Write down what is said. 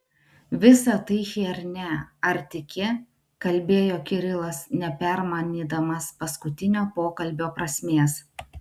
visa tai chiernia ar tiki kalbėjo kirilas nepermanydamas paskutinio pokalbio prasmės